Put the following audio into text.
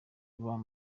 bari